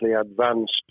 advanced